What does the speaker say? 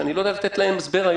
שאני לא יודע לתת להן תשובות.